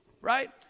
right